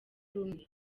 rumwe